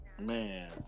man